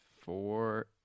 four